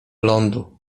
lądu